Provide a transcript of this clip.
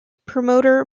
promoter